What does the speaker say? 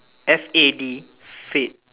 F_A_D fad